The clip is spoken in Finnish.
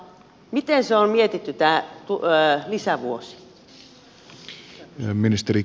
miten on mietitty tämä lisävuosi